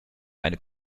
eine